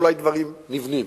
ואולי דברים נבנים.